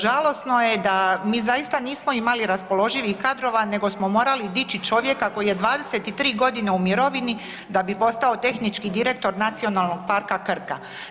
Žalosno je da mi zaista nismo imali raspoloživih kadrova, nego smo morali dići čovjeka koji je 23 godine u mirovini da bi postao tehnički direktor Nacionalnog parka Krka.